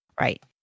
Right